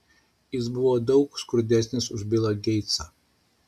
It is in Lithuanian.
jis buvo daug skurdesnis už bilą geitsą